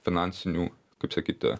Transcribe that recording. finansinių kaip sakyti